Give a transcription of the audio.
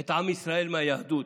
את עם ישראל מהיהדות,